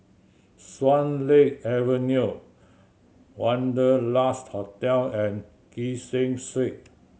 Swan Lake Avenue Wanderlust Hotel and Kee Seng Street